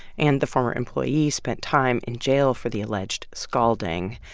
and the former employee spent time in jail for the alleged scalding.